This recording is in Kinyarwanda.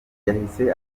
yahise